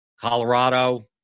Colorado